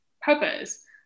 purpose